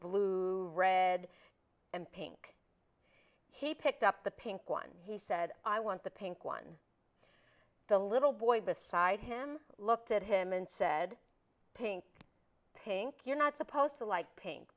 blue red and pink he picked up the pink one he said i want the pink one the little boy beside him looked at him and said pink pink you're not supposed to like pink